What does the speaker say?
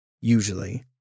usually